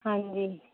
ਹਾਂਜੀ